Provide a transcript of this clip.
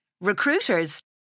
Recruiters